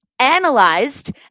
analyzed